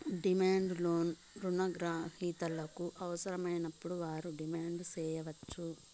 demand loan రుణ గ్రహీతలకు అవసరమైనప్పుడు వారు డిమాండ్ సేయచ్చు